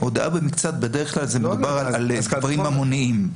הודאה במקצת, בדרך כלל מדובר על דברים ממוניים.